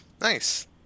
nice